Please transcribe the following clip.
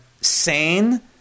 sane